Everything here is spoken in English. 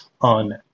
on